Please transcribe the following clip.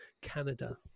Canada